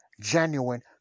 genuine